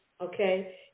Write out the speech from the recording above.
okay